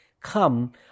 come